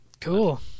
Cool